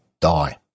die